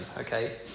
okay